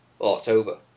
October